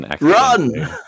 Run